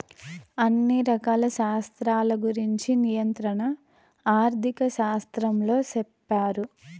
అన్ని రకాల శాస్త్రాల గురుంచి నియంత్రణ ఆర్థిక శాస్త్రంలో సెప్తారు